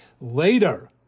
Later